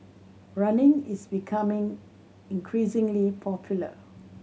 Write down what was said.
running is becoming increasingly popular